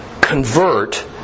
convert